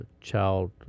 child